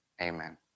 amen